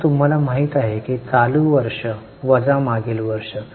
आता तुम्हाला माहित आहे चालू वर्ष वजा मागील वर्ष